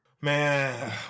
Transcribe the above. man